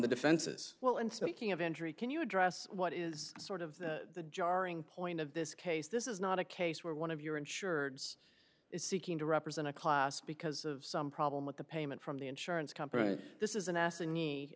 the defenses well and speaking of injury can you address what is sort of the jarring point of this case this is not a case where one of your insurer is seeking to represent a class because of some problem with the payment from the insurance company this is